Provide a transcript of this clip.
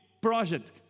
project